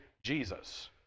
Jesus